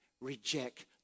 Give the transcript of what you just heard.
reject